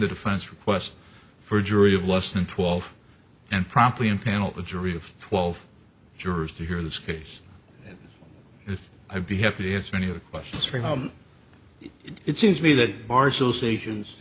the defense request for a jury of less than twelve and promptly impanel a jury of twelve jurors to hear this case and if i'd be happy as many of the questions for how it seems to me that bars those stations